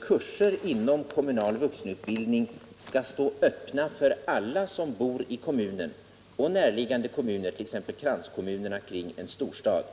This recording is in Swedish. Kurser inom kommunal vuxenutbildning skall stå öppna för alla som bor i kommunen och närliggande kommuner, t.ex. kranskommunerna kring en storstad.